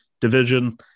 division